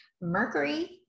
mercury